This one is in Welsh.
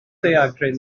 daeargryn